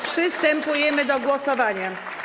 Przystępujemy do głosowania.